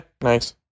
nice